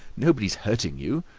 nobody's hurting you.